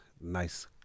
nice